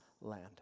land